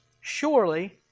surely